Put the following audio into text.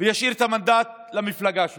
וישאיר את המנדט למפלגה שלו.